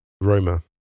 Roma